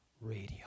radio